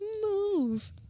move